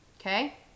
Okay